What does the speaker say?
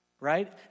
Right